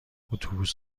اتوبوس